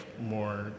more